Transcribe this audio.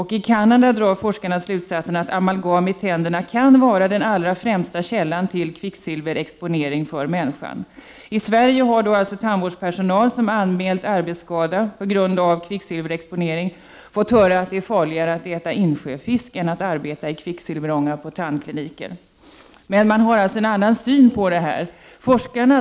I Canada drar forskarna slutsatsen att amalgam i tänderna kan vara den allra främsta källan till kvicksilverexponering för människan. I Sverige har tandvårdspersonal som anmält arbetsskada på grund av kvicksilverexponering fått höra att det är farligare att äta insjöfisk än att arbeta i kvicksilverånga på tandkliniker. Man har alltså en annan syn på detta.